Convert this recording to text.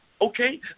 okay